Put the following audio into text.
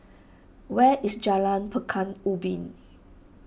where is Jalan Pekan Ubin